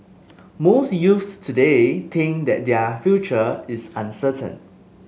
most youths today think that their future is uncertain